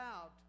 out